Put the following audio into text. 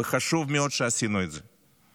וחשוב מאוד שעשינו את זה.